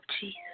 Jesus